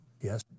Yes